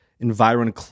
Environ